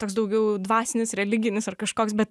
toks daugiau dvasinis religinis ar kažkoks bet